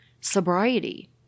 sobriety